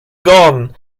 gone